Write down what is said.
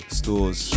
stores